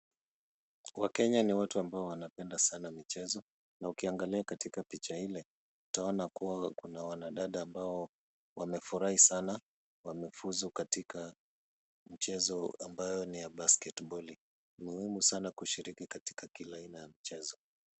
Wakenya ni watu ambao wanapenda sana michezo. Na ukiangalia katika picha ile utaona kuwa kuna wanadada ambao wamefurahi sana. Wamefuzu katika mchezo ambayo ni ya basket boli . Ni muhimu sana kushiriki katika kila aina ya mchezo.